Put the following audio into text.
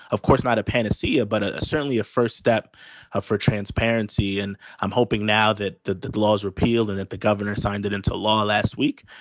of course, not a panacea, but ah certainly a first step ah for transparency. and i'm hoping now that the law is repealed and that the governor signed it into law last week,